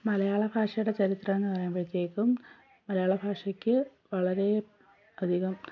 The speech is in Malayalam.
മലയാളഭാഷയുടെ ചരിത്രമെന്ന് പറയുമ്പഴത്തേക്കും മലയാള ഭാഷയ്ക്ക് വളരെ അധികം